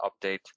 update